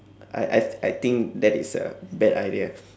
I I I think that is a bad idea